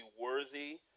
worthy